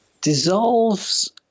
dissolves